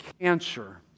cancer